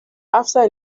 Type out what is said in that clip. after